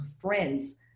friends